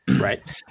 Right